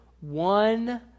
One